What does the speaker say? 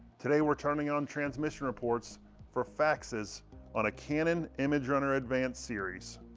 today we're turning on transmission reports for faxes on a canon imagerunner advanced series.